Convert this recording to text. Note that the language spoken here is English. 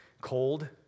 cold